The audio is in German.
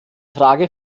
frage